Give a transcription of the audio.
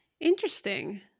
Interesting